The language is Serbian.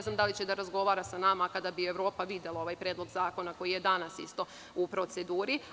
Da li će da razgovara sa nama kada bi Evropa videla ovaj predlog zakona koji je danas u proceduri?